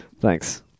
Thanks